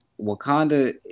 Wakanda